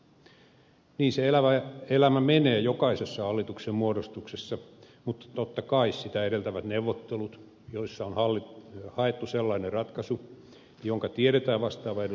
niin se elävä elämä menee jokaisessa hallituksen muodostuksessa mutta totta kai sitä edeltävät neuvottelut joissa on haettu sellainen ratkaisu jonka tiedetään vastaavan eduskunnan voimasuhteita